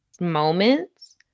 moments